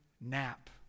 nap